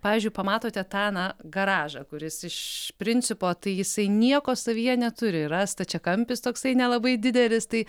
pavyzdžiui pamatote tą na garažą kuris iš principo tai jisai nieko savyje neturi yra stačiakampis toksai nelabai didelis tai